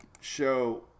show